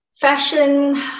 fashion